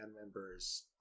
members